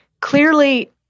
clearly